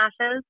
ashes